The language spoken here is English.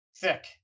Thick